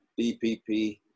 dpp